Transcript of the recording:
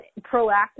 proactive